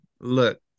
look